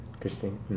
Christine